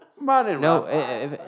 No